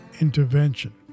intervention